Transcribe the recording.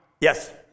Yes